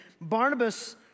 Barnabas